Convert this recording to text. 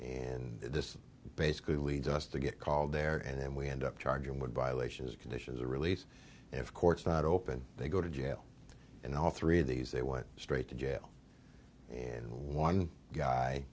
and this basically leads us to get called there and then we end up charge him with violations conditions a release of courts not open they go to jail and all three of these they went straight to jail and one guy